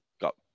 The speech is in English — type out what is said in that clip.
got